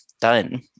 done